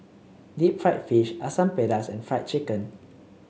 Deep Fried Fish Asam Pedas and Fried Chicken